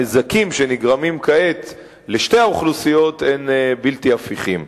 הנזקים שנגרמים כעת לשתי האוכלוסיות הם בלתי הפיכים.